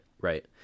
right